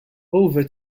over